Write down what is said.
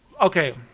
Okay